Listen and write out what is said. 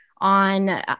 on